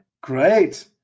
Great